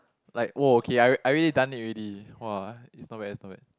like oh okay I I already done it already !wah! it's not bad it's not bad